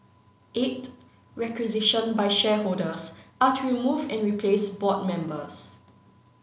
eight requisitioned by shareholders are to remove and replace board members